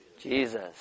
Jesus